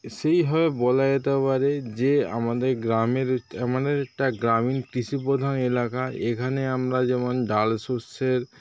সেই ভাবে বলা যেতে পারে যে আমাদের গ্রামের আমাদের একটা গ্রামের কৃষিপ্রধান এলাকা এখানে আমরা যেমন ডাল শস্যের